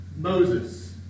Moses